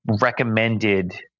recommended